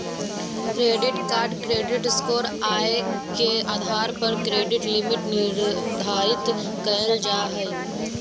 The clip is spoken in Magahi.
क्रेडिट कार्ड क्रेडिट स्कोर, आय के आधार पर क्रेडिट लिमिट निर्धारित कयल जा हइ